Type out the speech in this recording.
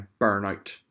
burnout